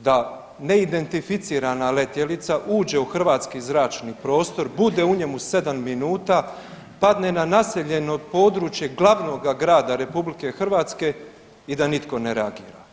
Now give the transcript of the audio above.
da neidentificirana letjelica uđe u hrvatski zračni prostor, bude u njemu 7 minuta, padne na naseljeno područje glavnoga grada Republike Hrvatske i da nitko ne reagira?